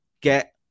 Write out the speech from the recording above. get